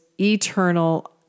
eternal